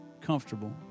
comfortable